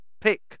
pick